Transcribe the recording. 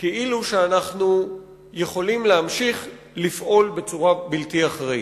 כאילו אנחנו יכולים להמשיך לפעול בצורה בלתי אחראית.